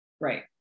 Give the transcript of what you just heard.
Right